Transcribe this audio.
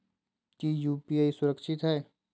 की यू.पी.आई सुरक्षित है?